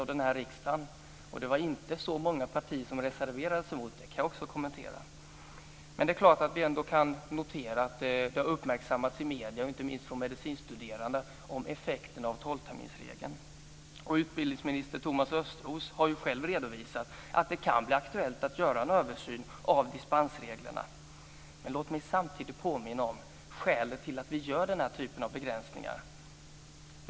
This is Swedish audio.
Jag kan också kommentera att det inte var så många partier som reserverade sig mot det. Vi kan ändå notera att effekterna av tolvterminsregeln har uppmärksammats i medierna, inte minst från medicinstuderande. Utbildningsminister Thomas Östros har själv redovisat att det kan bli aktuellt att göra en översyn av dispensreglerna. Låt mig samtidigt påminna om skälet till att vi gör den typen av begränsningar.